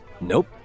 Nope